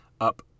up